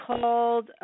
called